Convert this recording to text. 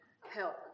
help